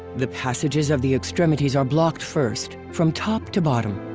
the passages of the extremities are blocked first, from top to bottom.